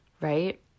right